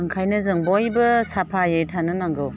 ओंखायनो जों बयबो साफायै थानो नांगौ